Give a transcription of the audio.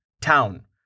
town